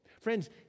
Friends